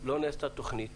לא נעשתה תוכנית